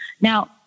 Now